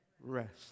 rest